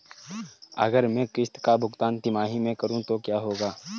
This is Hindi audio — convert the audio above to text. अगर मैं किश्त का भुगतान तिमाही में करूं तो क्या होगा?